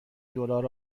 دلار